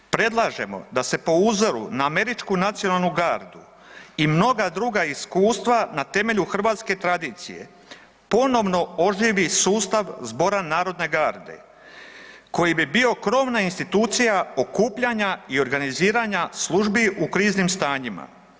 Predlažemo da se po uzoru na američku nacionalnu gardu i mnoga druga iskustva na temelju hrvatske tradicije ponovno oživi sustav Zbora narodne garde koji bi bio krovna institucija okupljanja i organiziranja službi u kriznim stanjima.